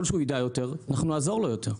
ככל שהוא יידע יותר אנחנו נעזור לו יותר.